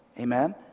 Amen